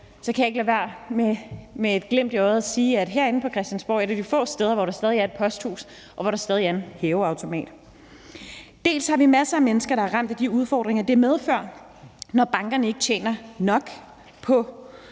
kan jeg ikke lade være med – med et glimt i øjet – at sige, at her på Christiansborg er et af de få steder, hvor der stadig er et posthus, og hvor der stadig er en hæveautomat. Vi har dels masser af mennesker, der er ramt af de udfordringer, det medfører, når bankerne ikke tjener nok på